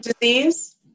disease